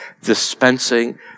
dispensing